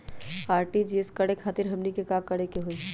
RTGS करे खातीर हमनी के का करे के हो ई?